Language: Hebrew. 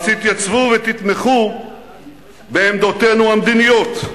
אז תתייצבו ותתמכו בעמדותינו המדיניות.